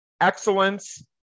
excellence